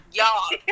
Y'all